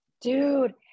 Dude